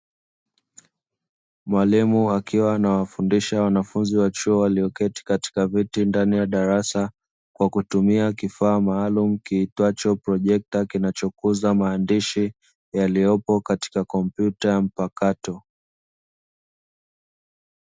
Mwalimu akiwa anawafundisha wanafunzi wa chuo walioketi katika viti ndani ya darasa, kwa kutumia kifaa maalumu kiitwacho projekta kinachokuza maandishi yaliyopo katika kompyuta mpakato.